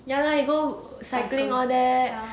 ya lah you go cycling all that